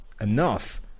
enough